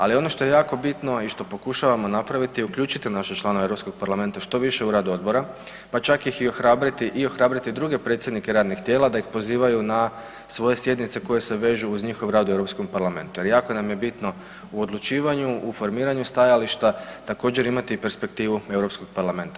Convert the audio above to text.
Ali ono što je jako bitno i što pokušavamo napraviti je uključiti naše članove Europskog parlamenta što više u rad odbora, pa čak ih i ohrabriti i ohrabriti i druge predsjednike radnih tijela da ih pozivaju na svoje sjednice koje se vežu uz njihov rad u Europskom parlamentu jer jako nam je bitno u odlučivanju, u formiranju stajališta, također imati i perspektivu Europskog parlamenta.